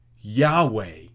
Yahweh